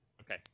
Okay